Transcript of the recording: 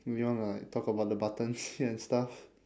do you want to like talk about the buttons here and stuff